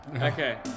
Okay